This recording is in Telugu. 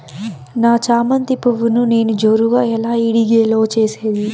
నా చామంతి పువ్వును నేను జోరుగా ఎలా ఇడిగే లో చేసేది?